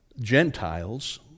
Gentiles